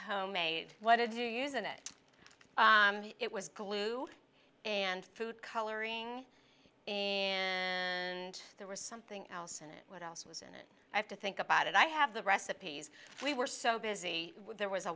homemade what did you use in it it was glue and food coloring and there was something else in it what else was in it i have to think about it i have the recipes we were so busy with there was a